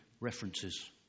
references